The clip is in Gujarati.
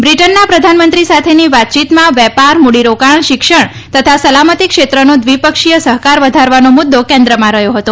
બ્રીટનના પ્રધાનમંત્રી સાથેની વાતચીતમાં વેપાર મૂડીરોકાણ શિક્ષણ તથા સલામતી ક્ષેત્રનો દ્વિપક્ષીય સહકાર વધારવાનો મુદ્દો કેન્દ્રમાં રહ્યો હતો